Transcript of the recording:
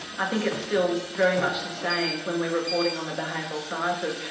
i think it still very much sustains when we're reporting on the behavioural sciences.